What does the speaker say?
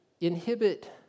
inhibit